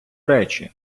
речі